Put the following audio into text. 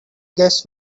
guess